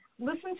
listen